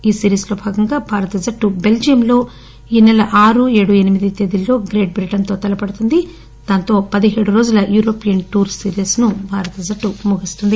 ఈ సిరీస్ లో భాగంగా భారత జట్టు బెల్జియంలో ఈనెల ఆరుఏడుఎనిమిది తేదీల్లో గ్రేట్ బ్రిటన్ తో తలపడనుంది దానితో పదిహేడు రోజుల యూరోపియన్ టూర్ సిరీస్ ముగుస్తుంది